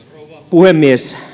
puhemies